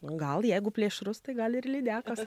gal jeigu plėšrus tai gal ir lydekos